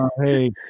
Hey